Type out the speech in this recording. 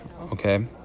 Okay